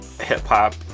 hip-hop